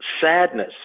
sadness